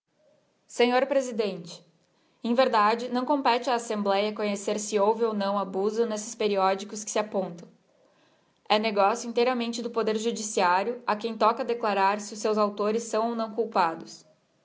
sr presidente era verdade não compete á assembléa conhecer se houve ou não abuso nesses periódicos que se apontam é negocio inteiramente do poder judiciário a quem toca declarar se os seus autores são ou não culpados